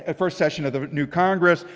ah first session of the new congress.